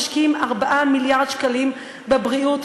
משקיעים 4 מיליארד שקלים בבריאות,